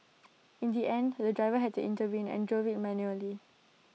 in the end the driver had to intervene and drove IT manually